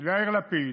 יאיר לפיד,